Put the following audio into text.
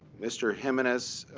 mr. jiminez,